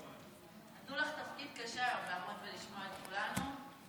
נתנו לך תפקיד קשה היום, לשמוע את כולנו.